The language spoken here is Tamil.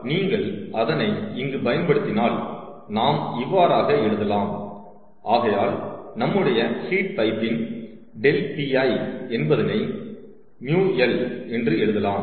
ஆகையால் நீங்கள் அதனை இங்கு பயன்படுத்தினால் நாம் இவ்வாறாக எழுதலாம் ஆகையால் நம்முடைய ஹீட் பைப்பின் ∆Pl என்பதனை μl என்று எழுதலாம்